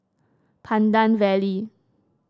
Pandan Valley